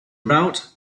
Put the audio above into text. route